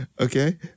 Okay